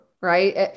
right